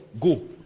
go